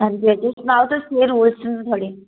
हां जी हां जी तुस सनाओ तुस केह् रूल्स हैन थुआढ़े